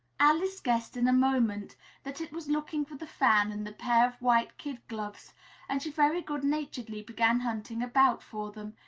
alice guessed in a moment that it was looking for the fan and the pair of white kid-gloves and she very good-naturedly began hunting about for them,